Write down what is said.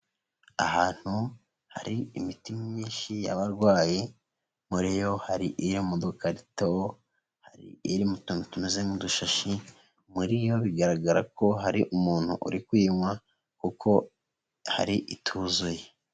Ahantu hari imiti myinshi y'abarwayi, muri yo hari iri mu dukarito, hari iri mu tuntu tumeze nk'udushashi, muri yo bigaragara ko hari umuntu uri kuyinywa kuko hari ituzuye.